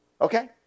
Okay